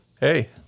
Hey